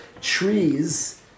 trees